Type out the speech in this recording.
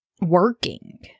working